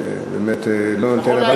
ובאמת לא נותן.